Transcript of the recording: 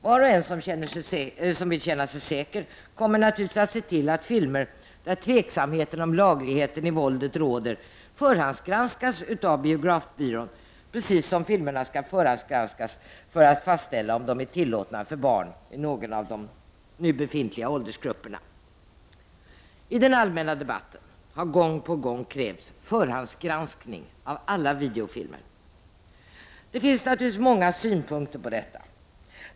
Var och en som vill känna sig säker kommer naturligtvis att se till att filmer där tveksamhet råder om lagligheten i förekommande våld förhandsgranskas av biografbyrån — precis som filmerna skall förhandsgranskas för att det skall fastställas om de är tillåtna för barn i någon av de nu befintliga åldersgrupperna. I den allmänna debatten har gång på gång krävts förhandsgranskning av alla videofilmer. Det finns naturligtvis många synpunkter på detta.